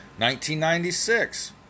1996